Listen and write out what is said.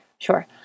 Sure